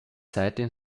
seitdem